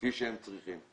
כפי שהם צריכים.